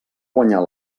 guanyar